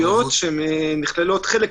וחלק על